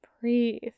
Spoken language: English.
Breathe